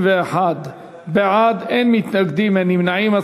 31 בעד, אין מתנגדים ואין נמנעים.